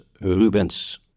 Rubens